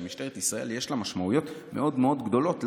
כשלמשטרת ישראל יש משמעויות מאוד מאוד גדולות לנו,